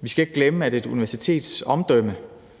Vi skal ikke glemme, at et universitets omdømme,